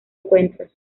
encuentros